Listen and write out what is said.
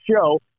show